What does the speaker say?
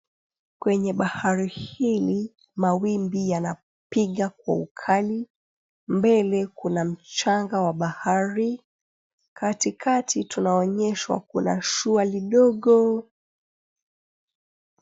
Kwenye bahari hili, mawimbi yanapiga kwa ukali, mbele kuna mchanga wa bahari, katikati tunaonyeshwa kuna shua lidogo.